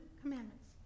commandments